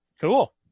Cool